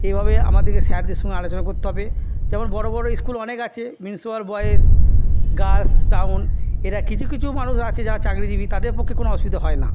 এইভাবে আমাদেরকে স্যারদের সঙ্গে আলোচনা করতে হবে যেমন বড় বড় স্কুল অনেক আছে মিউনিসিপ্যাল বয়েজ গার্লস টাউন এরা কিছু কিছু মানুষ আছে যারা চাকুরিজীবী তাদের পক্ষে কোনো অসুবিধা হয় না